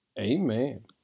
Amen